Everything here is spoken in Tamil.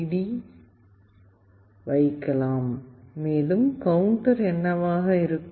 டி வைக்கலாம் மேலும் கவுண்டர் என்னவாக இருக்கும்